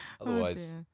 otherwise